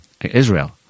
Israel